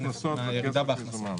בלי אובדן ההכנסות, רק כסף מזומן.